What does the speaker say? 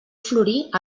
florir